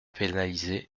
pénaliser